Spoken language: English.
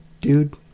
dude